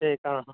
ઠેક હ હ